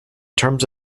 terms